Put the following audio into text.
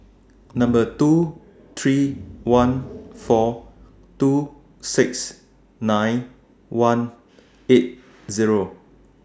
Number two three one four two six nine one eight Zero